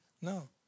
no